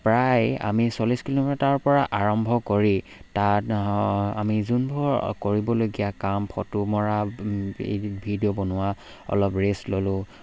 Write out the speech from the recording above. প্ৰায় আমি চল্লিছ কিলোমিটাৰৰ পৰা আৰম্ভ কৰি তাত আমি যোনবোৰ কৰিবলগীয়া কাম ফটো মৰা ভিডিঅ' বনোৱা অলপ ৰেষ্ট ল'লোঁ